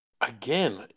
again